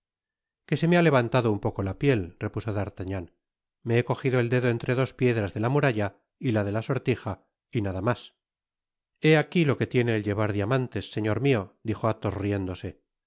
que se me ha levantado un poco la piel repuso d'artagnan me he cojido el dedo entre dos piedras de la muralla y la de la sortija y nada mas he aqui lo que tiene el llevar diamantes señor mio dijo alhos riéndose toma